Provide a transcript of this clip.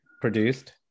Produced